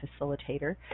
Facilitator